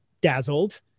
dazzled